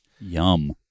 Yum